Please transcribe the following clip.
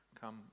come